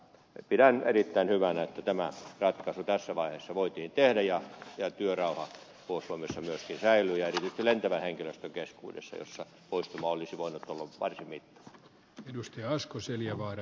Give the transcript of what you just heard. pidän erittäin hyvänä että tämä ratkaisu tässä vaiheessa voitiin tehdä ja työrauha puolustusvoimissa myöskin säilyy erityisesti lentävän henkilöstön keskuudessa jossa poistuma olisi voinut olla varsin mittava